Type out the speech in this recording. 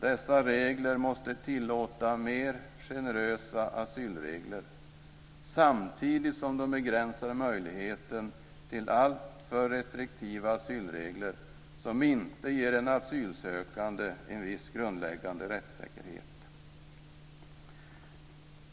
Dessa kriterier måste tillåta mer generösa asylregler samtidigt som de begränsar möjligheten till alltför restriktiva asylregler som inte ger en asylsökande en viss grundläggande rättssäkerhet.